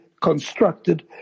constructed